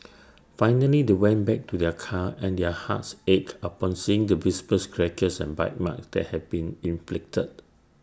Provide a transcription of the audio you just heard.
finally they went back to their car and their hearts ached upon seeing the visible scratches and bite marks that had been inflicted